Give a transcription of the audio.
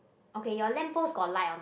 okay your lamp post got light or not